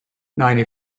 ninety